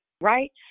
Right